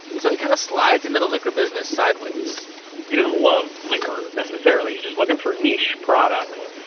so he kind of slides into the liquor business sideways he didn't love liquor necessarily. he's just looking for niche products.